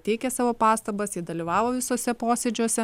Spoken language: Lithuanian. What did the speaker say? teikė savo pastabas jie dalyvavo visuose posėdžiuose